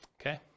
okay